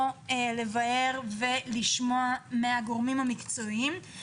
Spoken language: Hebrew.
לבאר ולשמוע על הדברים הללו מהגורמים המקצועיים.